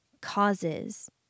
causes